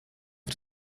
auf